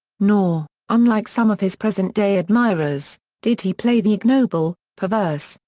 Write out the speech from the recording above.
nor, unlike some of his present-day admirers, did he play the ignoble, perverse,